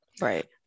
Right